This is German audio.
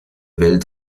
welt